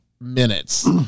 minutes